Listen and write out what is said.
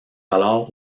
alors